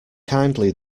kindly